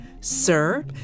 sir